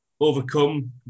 overcome